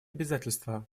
обязательства